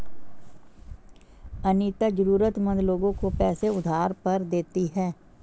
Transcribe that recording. अनीता जरूरतमंद लोगों को पैसे उधार पर देती है